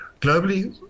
Globally